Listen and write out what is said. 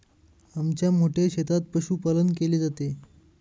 आमच्या मोठ्या शेतात पशुपालन केले जाते